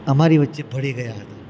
અમારી વચ્ચે ભળી ગયા હતા